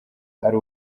ari